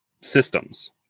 systems